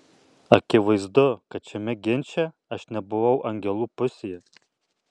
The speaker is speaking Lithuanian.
akivaizdu kad šiame ginče aš nebuvau angelų pusėje